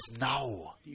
now